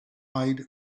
eyed